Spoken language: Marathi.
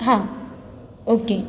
हां ओके